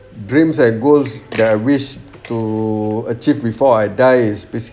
dreams and goals that I wish to achieve before I die is basically